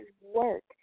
work